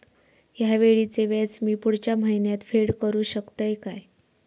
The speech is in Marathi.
हया वेळीचे व्याज मी पुढच्या महिन्यात फेड करू शकतय काय?